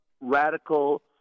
radical